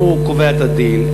הוא קובע את הדין,